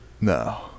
No